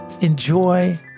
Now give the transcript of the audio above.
enjoy